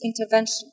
intervention